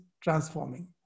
transforming